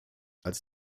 als